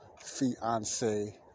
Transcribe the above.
fiance